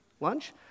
lunch